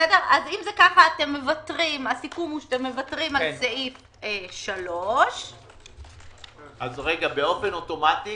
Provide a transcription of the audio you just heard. אז הסיכום הוא שאתם מוותרים על סעיף 3. באופן אוטומטי